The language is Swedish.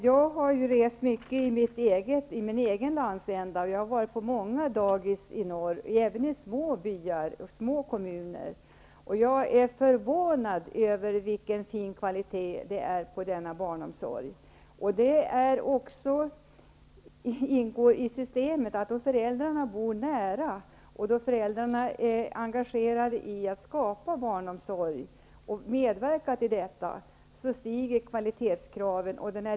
Jag har rest mycket i min egen landsända och varit på många dagis även i småbyar och småkommuner. Jag är förvånad över vilken fin kvalitet det är på denna barnomsorg. Det ingår i systemet att om föräldrar bor nära och är engagerade i att skapa barnomsorg och medverka till det så stiger kvalitetskraven.